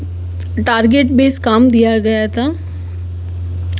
target base काम दिया गया था